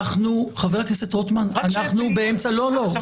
חבר הכנסת רוטמן, אנחנו באמצע.